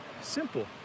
simple